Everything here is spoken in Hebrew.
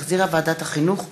שהחזירה ועדת החינוך,